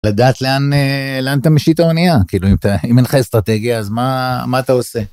לדעת לאן אתה משיט את האונייה כאילו אם אין לך אסטרטגיה אז מה אתה עושה.